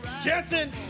Jensen